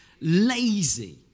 Lazy